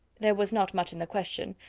there was not much in the question,